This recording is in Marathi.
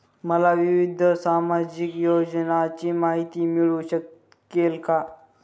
मला विविध सामाजिक योजनांची माहिती मिळू शकेल का?